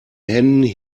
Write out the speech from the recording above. händen